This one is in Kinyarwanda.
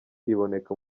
iboneka